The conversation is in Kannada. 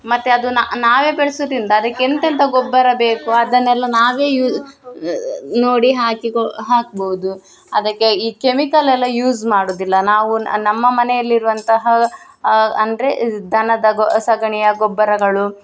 ಮತ್ತು ಅದು ನಾವೇ ಬೆಳೆಸುದ್ರಿಂದ ಅದಕ್ಕೆ ಎಂಥೆಂಥ ಗೊಬ್ಬರ ಬೇಕು ಅದನ್ನೆಲ್ಲ ನಾವೇ ಯೂ ನೋಡಿ ಹಾಕಿ ಕೊ ಹಾಕ್ಬಹ್ದು ಅದಕ್ಕೆ ಈ ಕೆಮಿಕಲ್ ಎಲ್ಲ ಯೂಸ್ ಮಾಡುವುದಿಲ್ಲ ನಾವು ನಮ್ಮ ಮನೆಯಲ್ಲಿರುವಂತಹ ಅಂದರೆ ದನದ ಗೊ ಸಗಣಿಯ ಗೊಬ್ಬರಗಳು